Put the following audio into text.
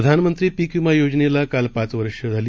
प्रधानमंत्री पिक विमा योजनेला काल पाच वर्ष झाली